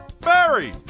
Barry